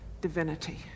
divinity